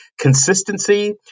consistency